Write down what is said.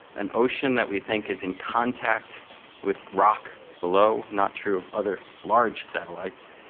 an ocean that we think is in contact with rock below, not true of other large satellites,